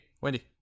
Wendy